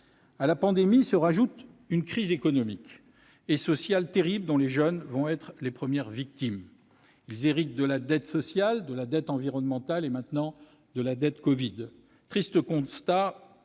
avons acquise. S'y ajoute une crise économique et sociale terrible dont les jeunes vont être les premières victimes : ils héritent de la dette sociale, de la dette environnementale et maintenant de la dette issue de la